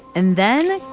and then.